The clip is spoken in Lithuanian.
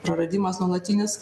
praradimas nuolatinis